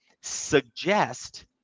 suggest